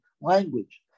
language